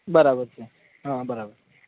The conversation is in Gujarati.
બરાબર છે હા બરાબર